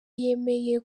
yemeye